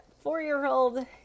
four-year-old